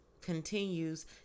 continues